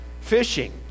Fishing